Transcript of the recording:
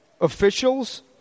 officials